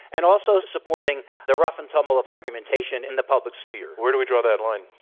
and also supporting the rough and tumble of argumentation in the public sphere. where do we draw that line,